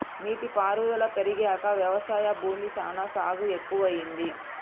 నీటి పారుదల పెరిగాక వ్యవసాయ భూమి సానా సాగు ఎక్కువైంది